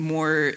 More